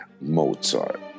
Mozart